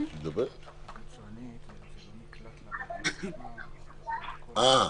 בעיתונים, בערוצי תקשורת, במרשתת (אינטרנט),